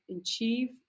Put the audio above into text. achieve